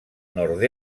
nord